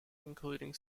including